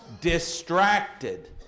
distracted